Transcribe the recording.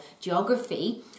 geography